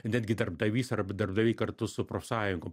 netgi darbdavys arba darbdaviai kartu su profsąjungom